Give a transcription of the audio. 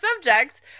subject